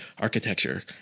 architecture